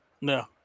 No